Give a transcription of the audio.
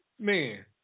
Man